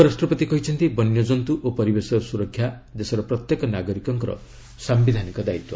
ଉପରାଷ୍ଟ୍ରପତି କହିଛନ୍ତି ବନ୍ୟଜନ୍ତୁ ଓ ପରିବେଶର ସୁରକ୍ଷା ଦେଶର ପ୍ରତ୍ୟେକ ନାଗରିକଙ୍କର ସାୟିଧାନିକ ଦାୟିତ୍ୱ